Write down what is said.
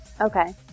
Okay